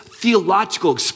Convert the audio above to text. Theological